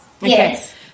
yes